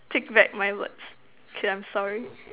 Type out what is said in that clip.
take back my words K lah I'm sorry